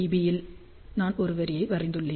பியில் நான் ஒரு வரியை வரைந்துள்ளேன்